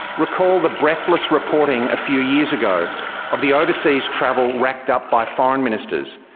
recall the breathless reporting a few years ago of the overseas travel racked up by foreign ministers.